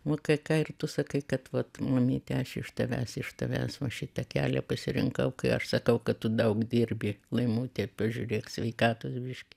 va kai ką ir tu sakai kad vat mamyte aš iš tavęs iš tavęs va šitą kelią pasirinkau kai aš sakau kad tu daug dirbi laimute ir pažiūrėk sveikatos biškį